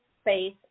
space